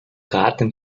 ratten